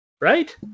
right